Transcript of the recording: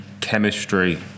chemistry